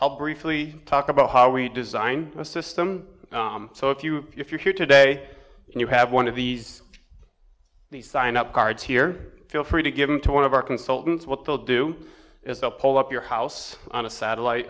i'll briefly talk about how we design a system so if you if you're here today and you have one of these the sign up card here feel free to give them to one of our consultants what they'll do is they'll pull up your house on a satellite